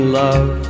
love